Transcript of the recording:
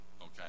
okay